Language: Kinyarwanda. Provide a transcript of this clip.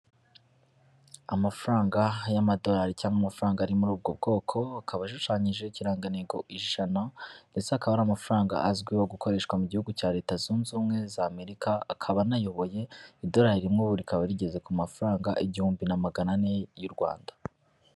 Amafaranga y'amadorari cyangwa amafaranga ari muri ubwo bwoko, akaba ashushanyijeho ikirangantego ijana ndetse akaba ari amafaranga azwiho gukoreshwa mu gihugu cya leta zunze ubumwe za Amerika, akaba anayoboye, idorari rimwe ubu rikaba rigeze ku mafaranga igihumbi na magana ane y'u Rwanda.